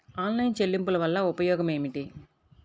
Online చెల్లింపుల వల్ల ఉపయోగమేమిటీ?